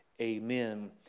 Amen